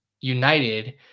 United